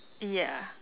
ya